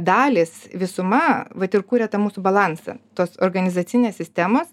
dalys visuma vat ir kuria tą mūsų balansą tos organizacinės sistemos